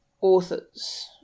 authors